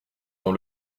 dans